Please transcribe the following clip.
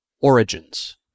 Origins